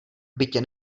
bytě